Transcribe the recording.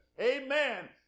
amen